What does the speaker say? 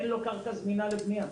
אין לו קרקע זמינה לבנייה.